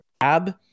Ab